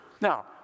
Now